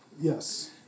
Yes